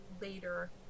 later